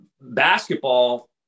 basketball